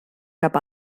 cap